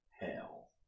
Hell